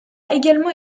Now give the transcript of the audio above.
également